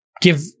give